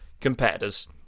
competitors